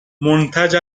منتج